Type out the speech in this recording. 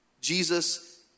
Jesus